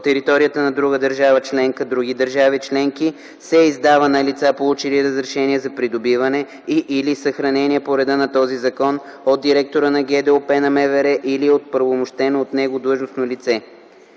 територията на друга държава членка/други държави членки се издава на лица, получили разрешение за придобиване и/или съхранение по реда на този закон, от директора на ГДОП на МВР или оправомощено от него длъжностно лице.